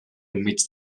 enmig